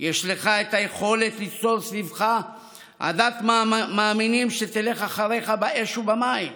יש לך היכולת ליצור סביבך עדת מאמינים שתלך אחריך באש ובמים.